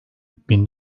bin